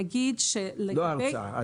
לא הרצאה.